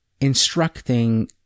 instructing